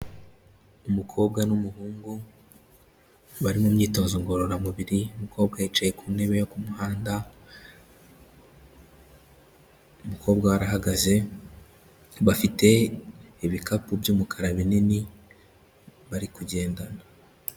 Umukobwa n'umuhungu, bari mu myitozo ngororamubiri, umukobwa yicaye ku ntebe yo ku muhanda, umukobwa we arahagaze, bafite ibikapu by'umukara binini, bari kugendana.